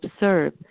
observe